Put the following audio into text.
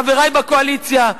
חברי בקואליציה,